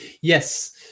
Yes